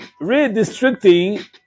redistricting